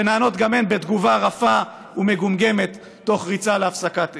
שנענות גם הן בתגובה רפה ומגומגמת תוך ריצה להפסקת אש.